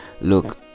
look